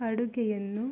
ಅಡುಗೆಯನ್ನು